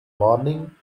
morning